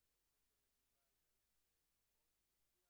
בתנאים המחפירים האלה, עוד לפני